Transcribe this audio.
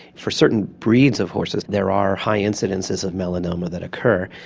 for certain breeds of horses there are high incidences of melanoma that occur,